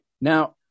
Now